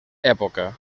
època